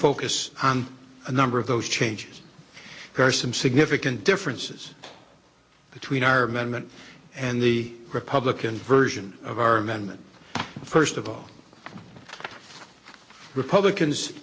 focus on a number of those changes are some significant differences between our amendment and the republican version of our amendment first of all republicans